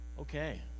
Okay